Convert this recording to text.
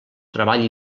treball